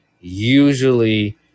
usually